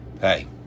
Hey